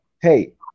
hey